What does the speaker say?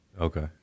Okay